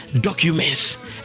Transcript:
documents